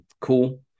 cool